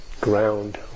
ground